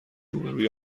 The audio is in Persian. روبهروی